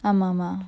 ஆமா ஆமா:aama aama